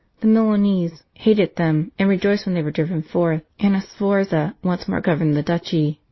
the milanese hated them, and rejoiced when they were driven forth, and a sforza once more governed the duchy.